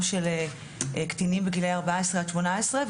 של קטינים בגילאי ארבע עשרה עד שמונה עשרה,